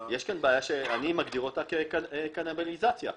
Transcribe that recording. שאני מגדיר אותה כקניבליזציה.